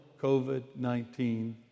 COVID-19